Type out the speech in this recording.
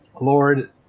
Lord